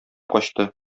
качты